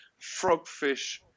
frogfish